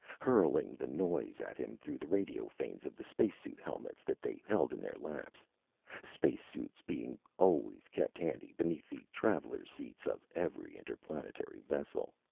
hurling the noise at him through the radiophones of the space-suit helmets that they held in their laps space-suits being always kept handy beneath the traveler-seats of every interplanetary vessel.